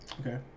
Okay